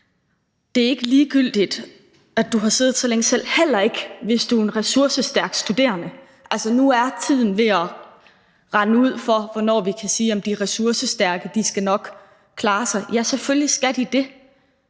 det er ikke ligegyldigt, at du har siddet så længe selv, og heller ikke, hvis du er en ressourcestærk studerende. Altså, nu er tiden ved at rinde ud i forhold til at sige, at de ressourcestærke nok skal klare sig. Ja, selvfølgelig skal de det,